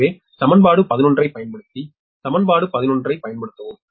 எனவே சமன்பாடு 11 ஐப் பயன்படுத்த சமன்பாடு 11 ஐப் பயன்படுத்தவும்